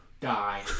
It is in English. Die